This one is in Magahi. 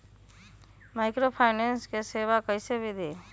माइक्रोफाइनेंस के सेवा कइसे विधि?